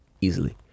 easily